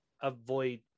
avoid